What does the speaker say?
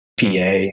Pa